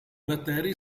batteri